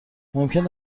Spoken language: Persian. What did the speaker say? ممکن